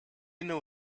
know